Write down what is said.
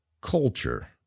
culture